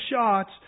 shots